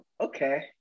okay